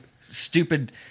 stupid